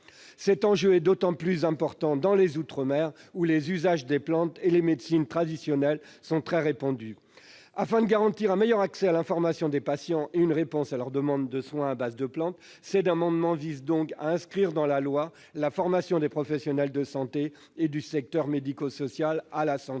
L'enjeu est particulièrement important dans les outre-mer, où l'usage des plantes et le recours aux médecines traditionnelles sont très répandus. Afin de garantir un meilleur accès à l'information des patients et une réponse à leur demande de soins à base de plantes, les auteurs de l'amendement proposent de prévoir dans la loi la formation des professionnels de santé et du secteur médico-social à la santé